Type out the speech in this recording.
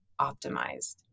optimized